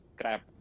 crap